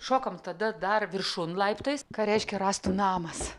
šokom tada dar viršun laiptais ką reiškia rąstų namas